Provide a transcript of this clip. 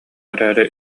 эрээри